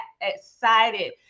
excited